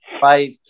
five